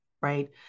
right